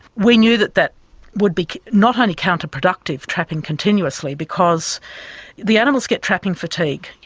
we knew that that would be not only counter-productive, trapping continuously, because the animals get trapping fatigue,